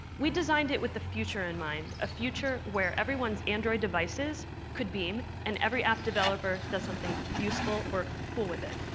we designed it with the future in mind a future where everyone's android devices could beam and every app developer does something useful or cool with it.